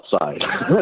outside